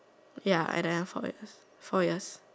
ya and then I follow four years